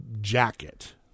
jacket